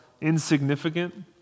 insignificant